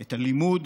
את הלימוד,